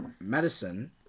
medicine